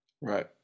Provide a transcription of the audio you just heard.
Right